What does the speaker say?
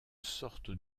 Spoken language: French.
sorte